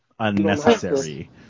Unnecessary